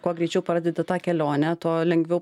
kuo greičiau pradedi tą kelionę tuo lengviau